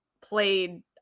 played